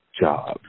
job